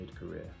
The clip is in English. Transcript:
mid-career